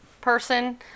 person